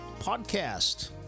podcast